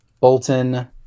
bolton